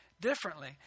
differently